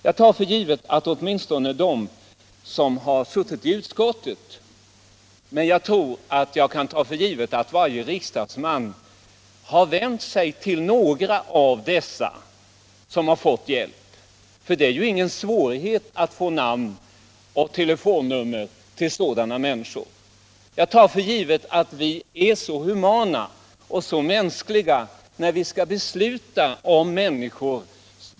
Jag tar för givet att nästan varje riksdagsman, åtminstone som suttit i utskottet, har vänt sig till några av dem som har fått hjälp. Det är ingen svårighet att få namn och telefonnummer till sådana människor. Jag tar för givet att vi är så humana när vi skall besluta om sådant som rör människors hälsa.